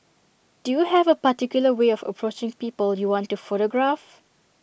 do you have A particular way of approaching people you want to photograph